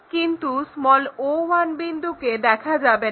কিন্তু o1 বিন্দুকে দেখা যাবে না